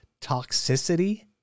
toxicity